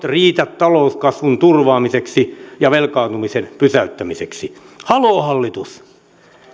riitä talouskasvun turvaamiseksi ja velkaantumisen pysäyttämiseksi haloo hallitus